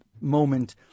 moment